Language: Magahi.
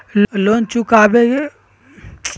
लोन चुकाबे के जादे से जादे केतना समय डेल जयते?